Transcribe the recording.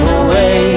away